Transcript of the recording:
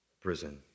prison